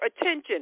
attention